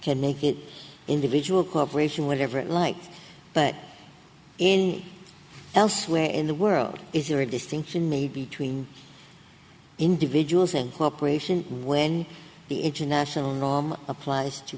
can make it individual cooperation whatever it like but in elsewhere in the world is there a distinction made between individuals in cooperation when the international norm applies to